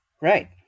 right